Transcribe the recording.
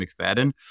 McFadden